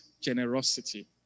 generosity